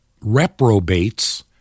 reprobates